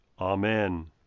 Amen